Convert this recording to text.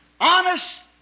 Honest